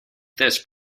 this